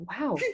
Wow